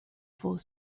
for